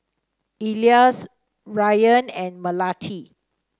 Elyas Rayyan and Melati